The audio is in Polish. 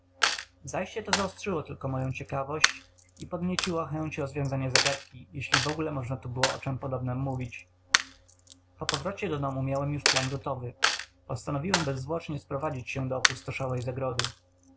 zajście to zaostrzyło tylko moją ciekawość i podnieciło chęć rozwiązania zagadki jeśli wogóle można tu było o czemś podobnem mówić po powrocie do domu miałem już plan gotowy postanowiłem bezzwłocznie sprowadzić się do opustoszałej zagrody